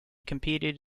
competed